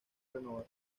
renovar